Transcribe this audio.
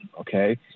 okay